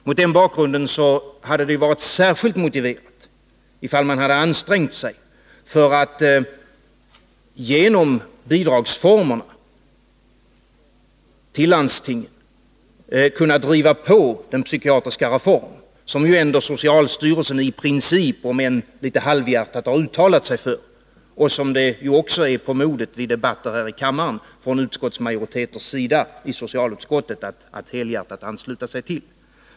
Mot den bakgrunden hade det varit särskilt motiverat, om man hade ansträngt sig att genom former för bidrag till landstingen kunna driva på den psykiatriska reform som ju ändå socialstyrelsen i princip, om än litet halvhjärtat, har uttalat sig för och som det också är på modet i debatter här i kammaren, när det gäller majoriteten i socialutskottet, att helhjärtat ansluta sig till.